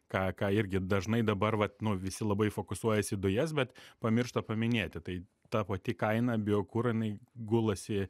ką ką irgi dažnai dabar vat nu visi labai fokusuojasi į dujas bet pamiršta paminėti tai ta pati kaina biokuro jinai gulasi